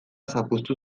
zapuztu